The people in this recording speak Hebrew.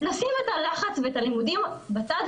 לשים את הלחץ ואת הלימודים בצד,